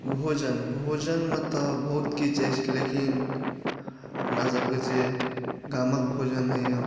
भोजन भोजनमे तऽ बहुत किछु अछि लेकिन अपनासभके जे गामक भोजन होइए